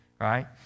right